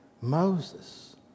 Moses